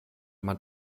man